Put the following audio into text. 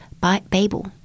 Babel